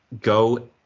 go